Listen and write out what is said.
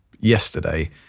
yesterday